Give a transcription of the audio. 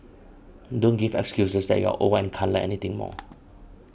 don't give excuses that you're old and can't Learn Anything anymore